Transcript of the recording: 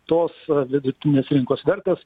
tos vidutinės rinkos vertės